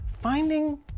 Finding